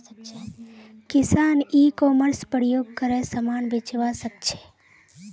किसान e commerce प्रयोग करे समान बेचवा सकछे